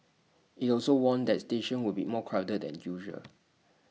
IT also warned that stations would be more crowded than usual